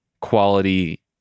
quality